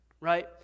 Right